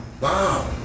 wow